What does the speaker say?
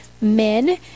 men